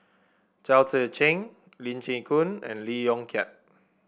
Chao Tzee Cheng Lee Chin Koon and Lee Yong Kiat